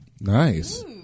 Nice